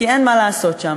כי אין מה לעשות שם.